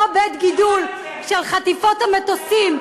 אותו בית גידול של חטיפות המטוסים,